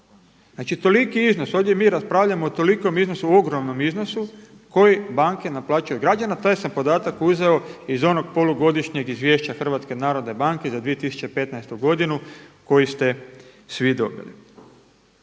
Znači toliki iznos. Ovdje mi raspravljamo o tolikom iznosu, o ogromnom iznosu koji banke naplaćuju od građana. Taj sam podatak uzeo iz onog polugodišnjeg izvješća Hrvatske narodne banke za 2015. godinu koju ste svi dobili.